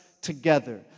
together